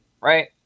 right